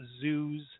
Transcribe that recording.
zoos